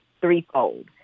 threefold